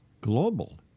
global